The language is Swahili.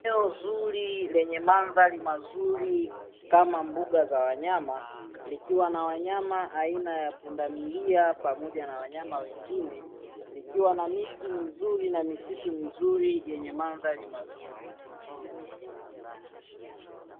Eneo zuri lenye mandhari mazuri kama mbuga za wanyama likiwa na wanyama aina ya pundamilia pamoja na wanyama wengine, likiwa na miti mizuri na misitu mizuri yenye mandhari mazuri.